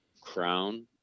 crown